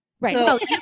Right